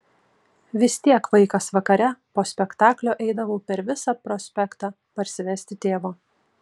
vis tiek vaikas vakare po spektaklio eidavau per visą prospektą parsivesti tėvo